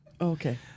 Okay